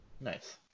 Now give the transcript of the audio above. Nice